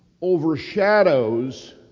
overshadows